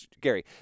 Gary